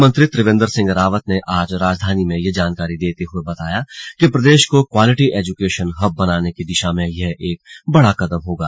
मुख्यमंत्री त्रिवेन्द्र सिंह रावत ने आज राजधानी में ये जानकारी देते हुए बताया कि प्रदेश को क्वालिटी एजुकेशन हब बनाने की दिशा में यह एक बड़ा कदम होगा